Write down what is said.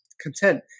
content